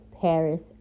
Paris